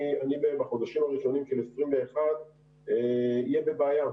בחודשים הראשונים של 21 אהיה בבעיה.